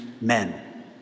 men